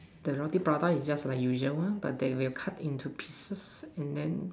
the roti prata is just usual one but they will cut into pieces and then